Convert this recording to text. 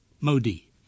Modi